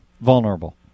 vulnerable